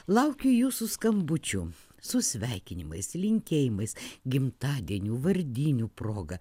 laukiu jūsų skambučių su sveikinimais linkėjimais gimtadienių vardinių proga